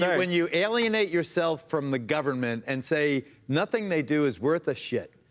when you alienate yourself from the government, and say, nothing they do is worth a shit,